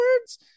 words